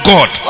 God